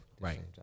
Right